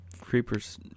Creepers